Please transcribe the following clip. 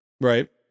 Right